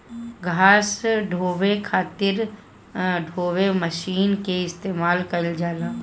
घास ढोवे खातिर खातिर ढोवे वाली मशीन के इस्तेमाल कइल जाला